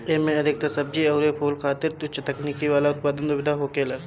एमे अधिकतर सब्जी अउरी फूल खातिर उच्च तकनीकी वाला उत्पादन सुविधा होखेला